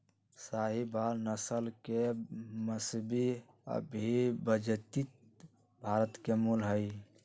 साहीवाल नस्ल के मवेशी अविभजित भारत के मूल हई